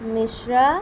Mishra